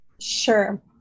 Sure